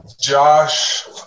Josh